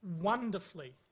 wonderfully